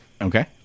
okay